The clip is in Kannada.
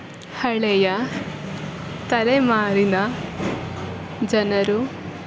ಹಳೆಯ ತಲೆಮಾರಿನ ಜನರು